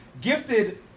gifted